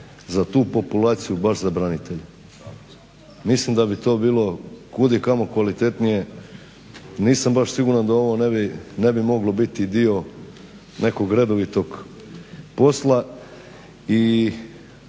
za tu populaciju, baš za branitelje. Mislim da bi to bilo kudikamo kvalitetnije. Nisam baš siguran da ovo ne bi moglo biti i dio nekog redovitog posla.